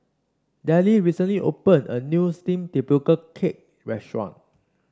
Delle recently opened a new steamed Tapioca Cake restaurant